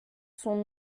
son